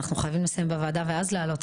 אנחנו חייבים לסיים בוועדה ואז להעלות.